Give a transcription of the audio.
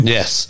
Yes